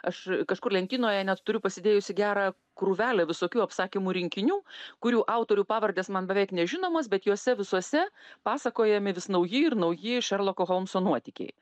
aš kažkur lentynoje net turiu pasidėjusi gerą krūvelę visokių apsakymų rinkinių kurių autorių pavardės man beveik nežinomos bet juose visuose pasakojami vis nauji ir nauji šerloko holmso nuotykiai